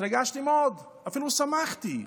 והתרגשתי מאוד, אפילו שמחתי,